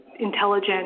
intelligent